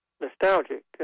nostalgic